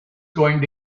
going